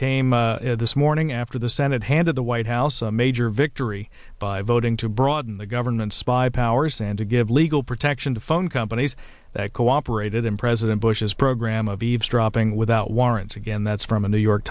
came this morning after the senate handed the white house a major victory by voting to broaden the government's spy powers and to give legal protection to phone companies that cooperated in president bush's program of eavesdropping without warrants again that's from a new york